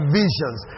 visions